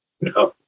No